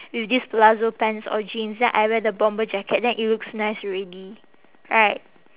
with this palazzo pants or jeans then I wear the bomber jacket then it looks nice already right